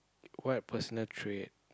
what personal trait